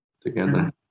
together